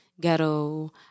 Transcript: ghetto